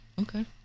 Okay